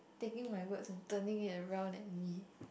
taking my words and turning it around at me